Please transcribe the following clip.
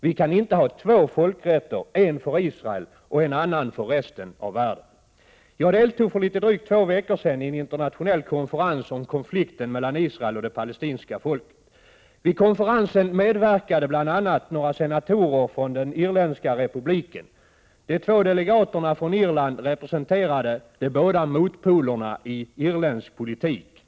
Vi kan inte ha två folkrätter—en för Israel och en annan för resten av världen. Jag deltog för litet drygt två veckor sedan i en internationell konferens om konflikten mellan Israel och det palestinska folket. Vid konferensen medverkade bl.a. några senatorer från den irländska republiken. De två delegaterna från Irland representerade de båda motpolerna i irländsk politik.